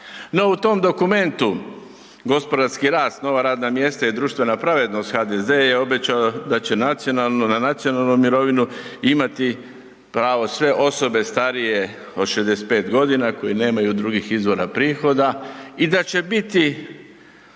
u tom dokumentu gospodarski rast, nova radna mjesta i društvena pravednost HDZ je obećao da će na nacionalnu mirovinu imati pravo sve osobe starije od 65 godina koji nemaju drugih izvora prihoda i da će biti